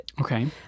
okay